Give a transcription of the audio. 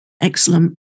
excellent